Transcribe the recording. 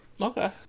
Okay